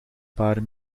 paar